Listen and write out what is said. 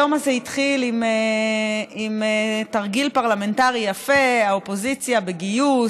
היום הזה התחיל עם תרגיל פרלמנטרי יפה: האופוזיציה בגיוס,